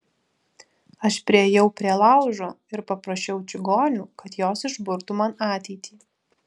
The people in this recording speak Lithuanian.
aš priėjau prie laužo ir paprašiau čigonių kad jos išburtų man ateitį